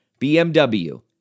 BMW